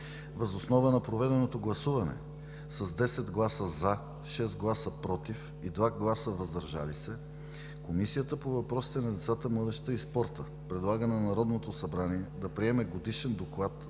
Въз основа на проведеното гласуване с 10 гласа „за“, 6 гласа „против“ и 2 гласа „въздържал се“ Комисията по въпросите на децата, младежта и спорта предлага на Народното събрание да приеме Годишен доклад за